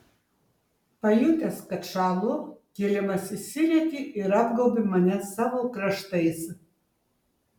pajutęs kad šąlu kilimas išsirietė ir apgaubė mane savo kraštais